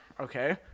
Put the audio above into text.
Okay